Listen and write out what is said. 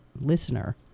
listener